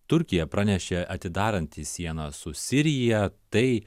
turkija pranešė atidaranti sieną su sirija tai